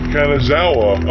Kanazawa